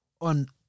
on